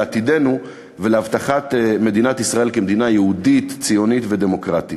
לעתידנו ולהבטחת מדינת ישראל כמדינה יהודית-ציונית ודמוקרטית.